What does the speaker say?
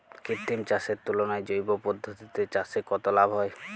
কৃত্রিম চাষের তুলনায় জৈব পদ্ধতিতে চাষে কত লাভ হয়?